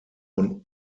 von